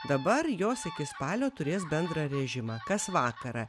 dabar jos iki spalio turės bendrą režimą kas vakarą